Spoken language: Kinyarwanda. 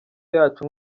yacu